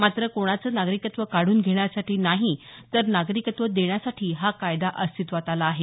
मात्र कोणाचं नागरिकत्व काढून घेण्यासाठी नाही तर नागरिकत्व देण्यासाठी हा कायदा अस्तित्वात आला आहे